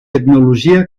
tecnologia